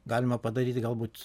galima padaryti galbūt